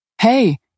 Hey